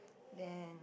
then